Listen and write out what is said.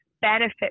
benefit